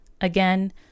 Again